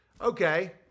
Okay